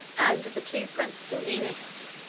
and of the two principal eunuchs.